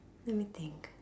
let me think